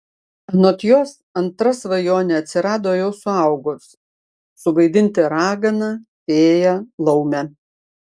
anot jos antra svajonė atsirado jau suaugus suvaidinti raganą fėją laumę